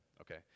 okay